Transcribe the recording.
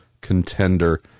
contender